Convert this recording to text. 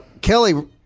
Kelly